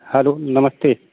hello नमस्ते